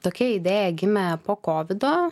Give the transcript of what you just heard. tokia idėja gimė po kovido